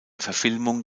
verfilmung